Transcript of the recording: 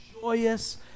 joyous